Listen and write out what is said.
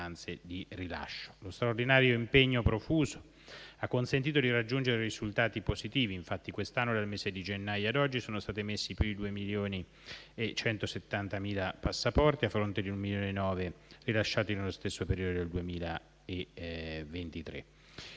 Lo straordinario impegno profuso ha consentito di raggiungere risultati positivi. Infatti, quest'anno - dal mese di gennaio a oggi - sono stati emessi più di 2 milioni e 170.000 passaporti, a fronte di 1,9 milioni rilasciati nello stesso periodo del 2023.